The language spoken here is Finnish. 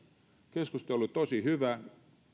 keskustelu on ollut tosi hyvä